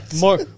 more